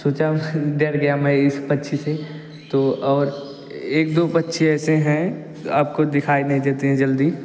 सोचा डर गया मैं इस पक्षी से तो और एक दो पक्षी ऐसे हैं आपको दिखाई नहीं देते हैं जल्दी